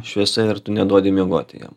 šviesa ir tu neduodi miegoti jam